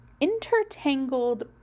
intertangled